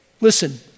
Listen